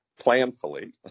planfully